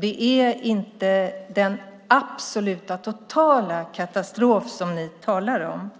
Det är inte den absoluta, totala katastrof som ni talar om.